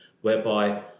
whereby